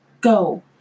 Go